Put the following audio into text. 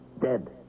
Dead